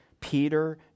Peter